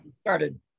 started